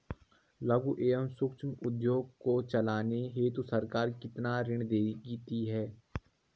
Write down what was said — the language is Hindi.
लघु एवं सूक्ष्म उद्योग को चलाने हेतु सरकार कितना ऋण देती है?